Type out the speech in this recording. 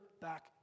back